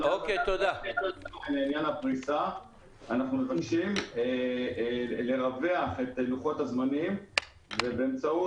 לכן לעניין הפריסה אנחנו מבקשים לרווח את לוחות הזמנים וכך